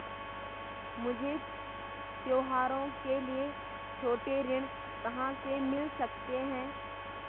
मुझे त्योहारों के लिए छोटे ऋण कहाँ से मिल सकते हैं?